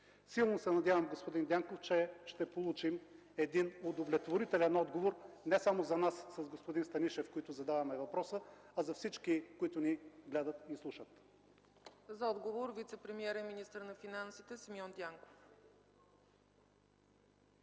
Силно се надявам, господин Дянков, че ще получим един удовлетворителен отговор не само за нас с господин Станишев, които задаваме въпроса, а за всички, които ни гледат и слушат. ПРЕДСЕДАТЕЛ ЦЕЦКА ЦАЧЕВА: За отговор – вицепремиерът и министър на финансите Симеон Дянков.